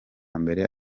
mbere